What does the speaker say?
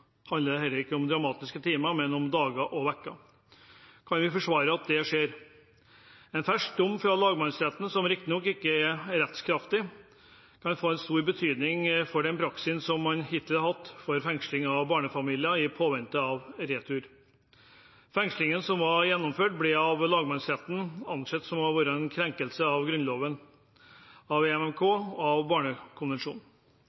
skjer? En fersk dom fra lagmannsretten, som riktignok ikke er rettskraftig, kan få stor betydning for den praksisen som man hittil har hatt for fengsling av barnefamilier i påvente av retur. Fengslingen som var gjennomført, ble av lagmannsretten ansett for å ha vært en krenkelse av Grunnloven, EMK og barnekonvensjonen. Jeg er glad for at en samlet komité er enig om at utlendingsinternatet på Trandum er dårlig egnet for internering av